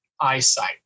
eyesight